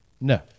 No